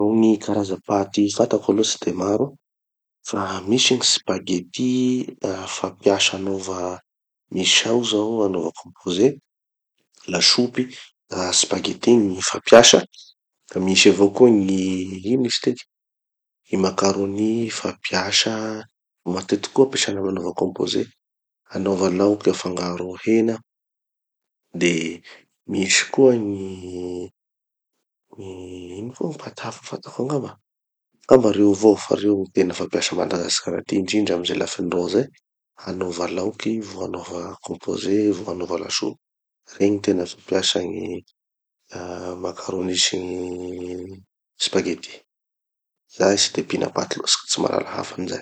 Gny karaza paty fantako aloha tsy de maro. Fa misy gny spaghetti ah fampiasa anova misao zao anova composé, lasopy, ah spaghetti gny fampiasa. Da misy avao koa gny, ino izy tiky, gny maccaroni fampiasa, matetiky koa ampesana amy anaova composé, anaova laoky afangaro hena, de misy koa gny gny ino koa paty hafa fantako angamba, angamba reo avao fa reo gny tena fampiasa malaza amitsikan'aty fa indrindra amy ze lafiny roa zay. Hanova laoky, vo hanova composé vo hanova lasopy. Regny tena fampiasa gny ah maccaroni sy gny spaghetti. Zahay tsy de mpihina paty loatsy ka tsy mahalala hafan'izay.